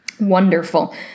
wonderful